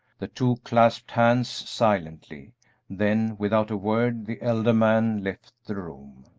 the two clasped hands silently then, without a word, the elder man left the room.